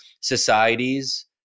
societies